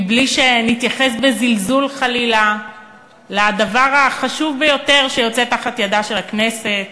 מבלי שנתייחס בזלזול חלילה לדבר החשוב ביותר שיוצא מתחת ידה של הכנסת.